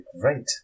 great